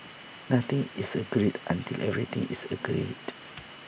nothing is agreed until everything is agreed